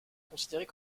considérée